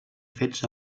fets